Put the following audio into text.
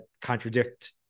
contradict